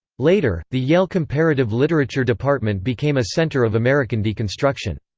later, the yale comparative literature department became a center of american deconstruction.